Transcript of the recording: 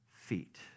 feet